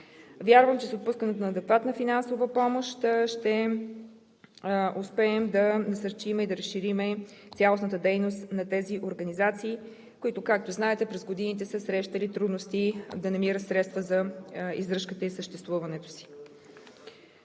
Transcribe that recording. Вярвам, че с отпускането на адекватна финансова помощ ще успеем да насърчим и разширим цялостната дейност на тези организации, които, както знаете, през годините са срещали трудности да намират средства за издръжката и съществуването си.